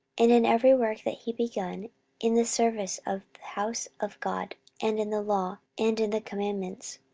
and in every work that he began in the service of the house of god, and in the law, and in the commandments,